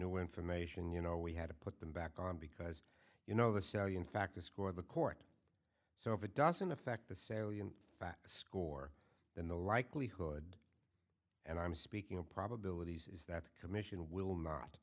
new information you know we had to put them back on because you know that show you in fact to score the court so if it doesn't affect the salient facts score then the likelihood and i'm speaking of probabilities is that the commission will not